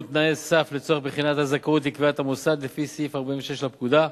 תנאי סף לצורך בחינת הזכאות לקביעת המוסד לפי סעיף 46 לפקודה.